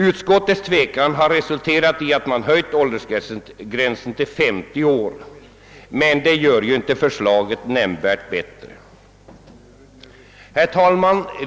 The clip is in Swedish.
Utskottets tvekan har resulterat i att man höjt åldersgränsen till 50 år, men det gör inte förslaget nämnvärt bättre.